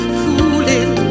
fooling